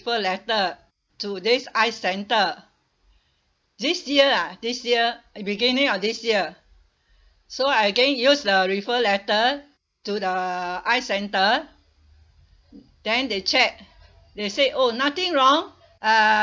refer letter to this eyes centre this year lah this year beginning of this year so I can use the refer letter to the eyes centre then they check they say oh nothing wrong uh